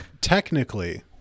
technically